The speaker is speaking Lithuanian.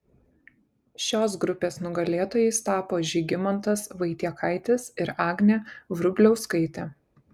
šios grupės nugalėtojais tapo žygimantas vaitiekaitis ir agnė vrubliauskaitė